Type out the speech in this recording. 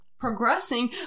progressing